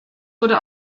wurde